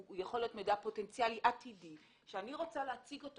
הוא יכול להיות מידע פוטנציאלי עתידי ואני רוצה להציג אותו